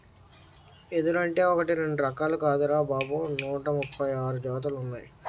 ఎదురంటే ఒకటీ రెండూ రకాలు కాదురా బాబూ నూట ముప్పై ఆరు జాతులున్నాయ్